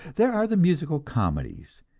there are the musical comedies,